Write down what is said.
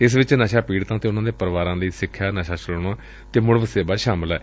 ਇਸ ਵਿਚ ਨਸ਼ਾ ਪੀੜਤਾਂ ਅਤੇ ਉਨ੍ਹਾਂ ਦੇ ਪਰਿਵਾਰਾਂ ਲਈ ਸਿਖਿਆ ਨਸ਼ਾ ਛੁਡਾਉਣਾ ਅਤੇ ਮੁੜ ਵਸੇਬਾ ਸ਼ਾਮਲ ਏ